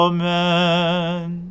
Amen